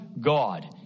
God